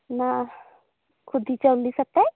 ᱚᱱᱟ ᱠᱷᱳᱫᱮ ᱪᱟᱣᱞᱮ ᱥᱟᱞᱟᱜ